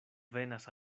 venas